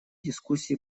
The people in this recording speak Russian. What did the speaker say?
дискуссии